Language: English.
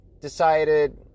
decided